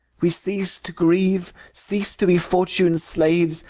we cease to grieve, cease to be fortune's slaves,